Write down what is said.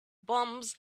bombs